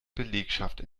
belegschaft